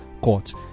court